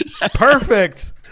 Perfect